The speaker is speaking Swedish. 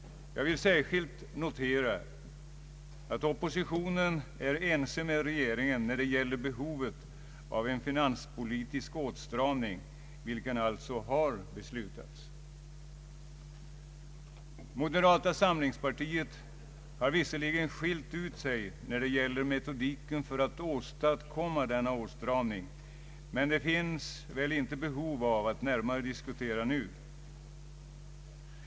Jag vill särskilt notera att oppositionen är ense med regeringen om behovet av en finanspolitisk åtstramning, vilken alltså har beslutats. Moderata samlingspartiet har visserligen skilt ut sig när det gäller metodiken för att åstadkomma åtstramningen, men detta finns det väl inte behov av att närmare diskutera nu.